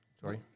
Sorry